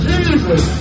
Jesus